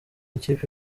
ikipe